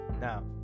now